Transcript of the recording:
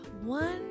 One